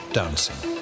dancing